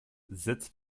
setzt